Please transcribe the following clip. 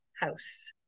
house